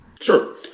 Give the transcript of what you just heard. Sure